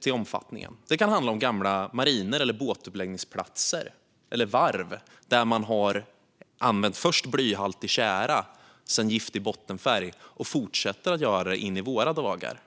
till omfattningen. Det kan handla om gamla marinor, båtuppläggningsplatser eller varv där man först har använt blyhaltig tjära och sedan giftig bottenfärg, något som man fortsatt med in i våra dagar.